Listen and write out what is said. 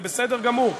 זה בסדר גמור,